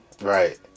Right